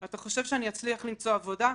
אתה חושב שאני אצליח למצוא עבודה?